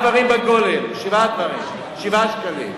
שבעה דברים בגולם, שבעה שקלים.